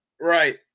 Right